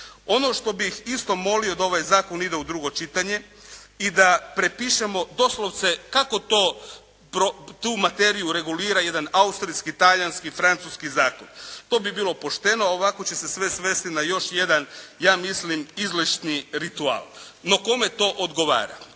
Ono što bih molio je da ovaj zakon ide u drugo čitanje i da prepišemo doslovce kako to tu materiju regulira jedan austrijski, talijanski, francuski zakon. To bi bilo pošteno. Ovako će se sve svesti na još jedan, ja mislim, izlišni ritual. No, kome to odgovara?